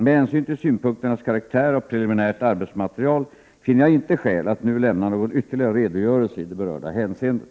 Med hänsyn till synpunkternas karaktär av preliminärt arbetsmaterial finner jag inte skäl att nu lämna någon ytterligare redogörelse i det berörda hänseendet.